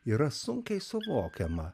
yra sunkiai suvokiama